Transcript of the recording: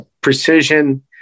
precision